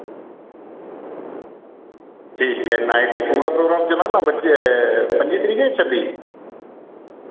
ठीक ऐ नाईट च पूरा प्रोग्राम चलना ना एह् पं'जी तरीक ऐ जां छब्बी